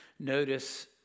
Notice